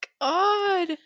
God